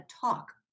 talk